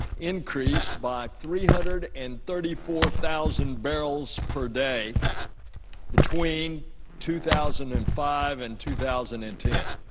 increased by three hundred and thirty four thousand barrels per day between two thousand and five and two thousand and ten.